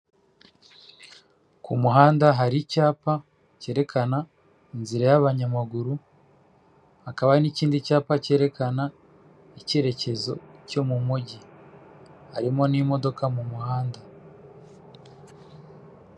Ni mu nzu mu cyumba kigairi cyahariwe gukorerwamo inama hateraniyemo abantu batanu abagore n'abagabo, umwe muri bo ari imbere ari kubasobanurira yifashishije ikoranabuhanga.